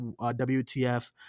WTF